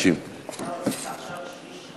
150. נשארנו עכשיו שליש.